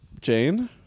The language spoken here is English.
Jane